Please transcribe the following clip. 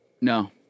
No